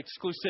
exclusivity